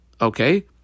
Okay